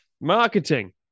Marketing